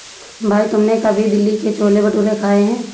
भाई तुमने कभी दिल्ली के छोले भटूरे खाए हैं?